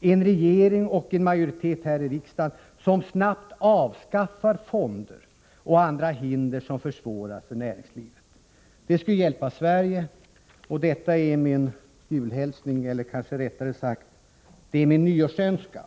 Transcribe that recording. en regering och en majoritet här i riksdagen som snabbt avskaffar fonder och andra hinder som försvårar för näringslivet. Det skulle hjälpa Sverige. Detta är min julhälsning eller kanske rättare sagt min nyårsönskan.